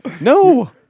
No